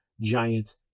giant